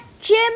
Jim